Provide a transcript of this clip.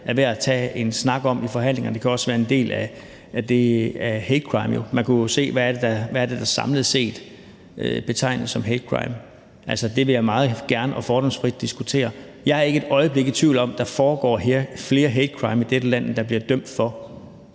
værd at tage en snak om i forhandlingerne. Det kan også være en del af det, altså spørgsmålet om hatecrimes. Man kunne jo se på: Hvad er det, der samlet set betegnes som hatecrime? Altså, det vil jeg meget gerne fordomsfrit diskutere. Jeg er ikke et øjeblik i tvivl om, at der foregår flere hatecrimes i dette land end det antal, der dømmes for